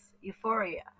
euphoria